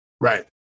Right